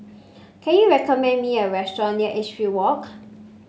can you recommend me a restaurant near Edgefield Walk